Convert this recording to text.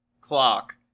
clock